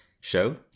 show